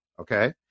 okay